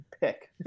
pick